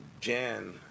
jan